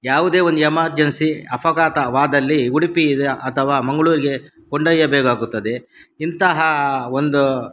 ಯಾವುದೇ ಒಂದು ಎಮರ್ಜೆನ್ಸಿ ಅಪಘಾತವಾದಲ್ಲಿ ಉಡುಪಿ ಇದು ಅಥವಾ ಮಂಗಳೂರ್ಗೆ ಕೊಂಡೊಯ್ಯಬೇಕಾಗುತ್ತದೆ ಇಂತಹ ಒಂದು